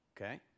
okay